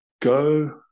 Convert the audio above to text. go